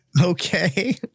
Okay